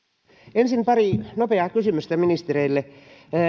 ensin pari nopeaa kysymystä ministereille